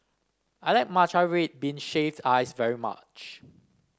I like Matcha Red Bean Shaved Ice very much